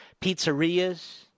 pizzerias